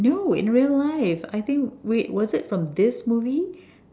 no in real life I think wait was it from this movie